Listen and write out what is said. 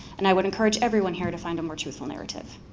and i would encourage every one here to find a more truthful narrative.